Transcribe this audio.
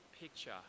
picture